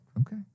Okay